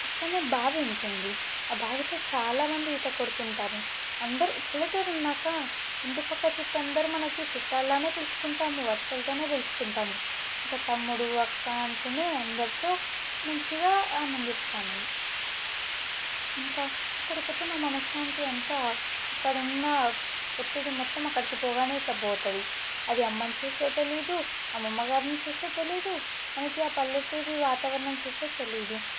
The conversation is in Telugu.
ప్రక్కనే బావి ఉంటుంది ఆ బావిలో చాలా మంది ఈత కొడుతుంటారు అందరూ పల్లెటూరు అన్నాక ఇంటి ప్రక్క చుట్టూ అందరు మనకి చుట్టాల్లాగే పిలుచుకుంటాము వరసలతోనే పిలుచుకుంటాము ఇంకా తమ్ముడు అక్క అంటూనే అందరితో మంచిగా ఆనందిస్తాను ఇంకా అక్కడకిపోతే మన మనశ్శాంతి అంతా ఇక్కడున్న ఒత్తిడి మొత్తం అక్కడికి పోగానే ఇట్ల పోతుంది అది అమ్మని చూసో తెలియదు అమ్మమ్మగారిని చూసో తెలియదు మనకి ఆ పల్లెటూరి వాతావరణం చూసో తెలియదు